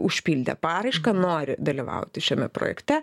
užpildė paraišką nori dalyvauti šiame projekte